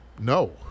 No